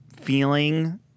feeling